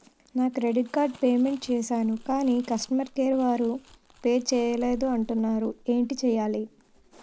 నా credit card payment చేసాను కాని కస్టమర్ కేర్ వారు పే చేయలేదు అంటున్నారు ఏంటి చేయాలి?